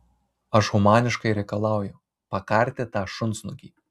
aš humaniškai reikalauju pakarti tą šunsnukį